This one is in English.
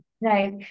Right